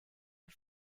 are